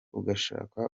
ugashaka